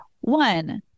One